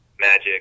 Magic